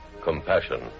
compassion